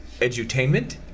edutainment